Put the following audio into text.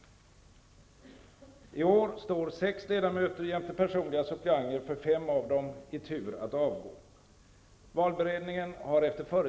I år står sex ledamöter jämte personliga suppleanter för fem av dem i tur att avgå.